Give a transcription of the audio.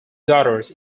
daughters